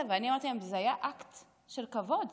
ואני אמרתי להם: זה היה אקט של כבוד,